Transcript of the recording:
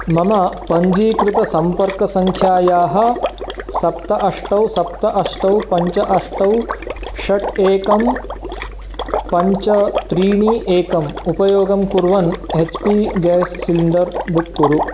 मम पञ्जीकृतसम्पर्कसङ्ख्यायाः सप्त अष्ट सप्त अष्ट पञ्च अष्ट षट् एकं पञ्च त्रीणि एकम् उपयोगं कुर्वन् H P gas cylinder book कुरु